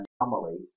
anomaly